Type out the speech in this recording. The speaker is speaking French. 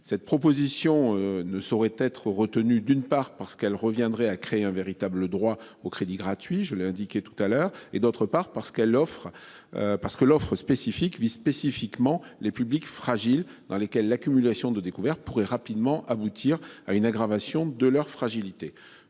cette proposition ne saurait être retenue, d'une part parce qu'elle reviendrait à créer un véritable droit au crédit gratuit, je l'ai indiqué tout à l'heure et d'autre part parce qu'elle offre. Parce que l'offre spécifique vise spécifiquement les publics fragiles dans lesquelles l'accumulation de découvert pourraient rapidement aboutir à une aggravation de leur fragilité.